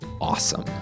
awesome